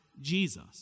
Jesus